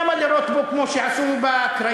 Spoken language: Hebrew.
למה לירות בו כמו שעשו בקריות,